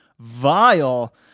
vile